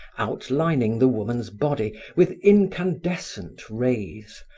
outlining the woman's body with incandescent rays,